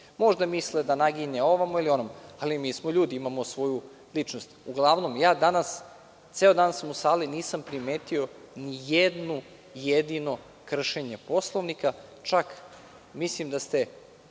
Može da misli da naginje ovamo ili onamo, ali mi smo ljudi i imamo svoju ličnost. Uglavnom, ceo dan sam u sali i nisam primetio ni jedno jedino kršenje Poslovnika. Čak mislim da ste,